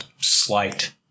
slight